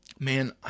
man